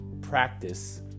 practice